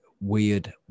weird